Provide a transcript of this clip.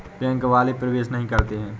Bank वाले प्रवेश नहीं करते हैं?